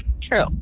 True